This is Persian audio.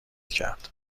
کرد